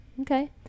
okay